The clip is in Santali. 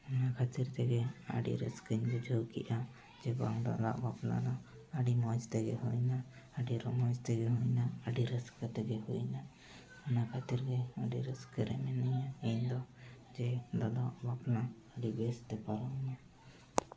ᱱᱚᱣᱟ ᱠᱷᱟᱹᱛᱤᱨ ᱛᱮᱜᱮ ᱟᱹᱰᱤ ᱨᱟᱹᱥᱠᱟᱹᱧ ᱵᱩᱡᱷᱟᱹᱣ ᱠᱮᱫᱼᱟ ᱡᱮ ᱵᱟᱝ ᱫᱟᱫᱟᱣᱟᱜ ᱵᱟᱯᱞᱟ ᱫᱚ ᱟᱹᱰᱤ ᱢᱚᱡᱽ ᱛᱮᱜᱮ ᱦᱩᱭᱱᱟ ᱟᱹᱰᱤ ᱨᱚᱢᱚᱡᱽ ᱛᱮᱜᱮ ᱦᱩᱭᱱᱟ ᱟᱹᱰᱤ ᱨᱟᱹᱥᱠᱟᱹ ᱛᱮᱜᱮ ᱦᱩᱭᱱᱟ ᱚᱱᱟ ᱠᱷᱟᱹᱛᱤᱨ ᱜᱮ ᱟᱹᱰᱤ ᱨᱟᱹᱥᱠᱟᱹ ᱨᱮᱜᱮ ᱢᱤᱱᱟᱹᱧᱟ ᱤᱧᱫᱚ ᱡᱮ ᱫᱟᱫᱟᱣᱟᱜ ᱵᱟᱯᱞᱟ ᱟᱹᱰᱤ ᱵᱮᱥ ᱛᱮ ᱯᱟᱨᱚᱢᱮᱱᱟ